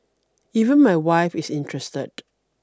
even my wife is interested